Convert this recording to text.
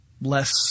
less